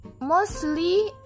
Mostly